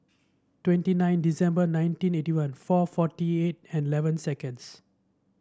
twenty nine December nineteen eighty one four forty eight and eleven seconds